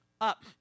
up